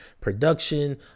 production